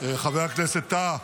חבר הכנסת טאהא,